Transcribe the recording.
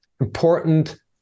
important